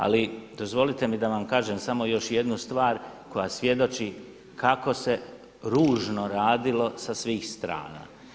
Ali dozvolite mi da kažem samo još jednu stvar koja svjedoči kako se ružno radilo sa svih strana.